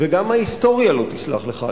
ועדת האתיקה?